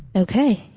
okay.